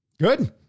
Good